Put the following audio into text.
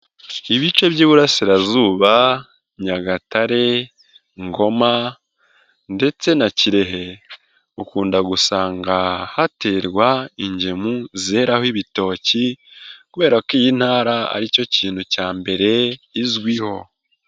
Ibice by'Iburasirazuba, Nyagatare, Ngoma ndetse na Kirehe, ukunda gusanga haterwa ingemu zeraraho ibitoki kubera ko iyi ntara, aricyo kintu cya mbere, izwiho.